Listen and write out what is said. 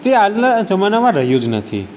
તે આજના જમાનામાં રહ્યું જ નથી